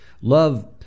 Love